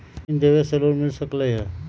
जमीन देवे से लोन मिल सकलइ ह?